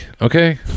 Okay